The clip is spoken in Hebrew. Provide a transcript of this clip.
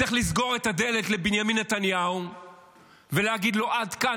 צריך לסגור את הדלת לבנימין נתניהו ולהגיד לו: עד כאן.